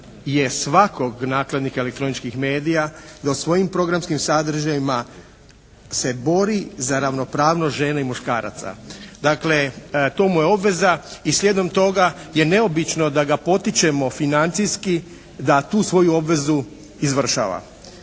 je svakog nakladnika elektroničkih medija da u svojim programskim sadržajima se bori za ravnopravnost žene i muškaraca. Dakle to mu je obveza i slijedom toga je neobično da ga potičemo financijski da tu svoju obvezu izvršava.